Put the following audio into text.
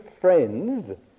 friends